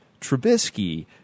Trubisky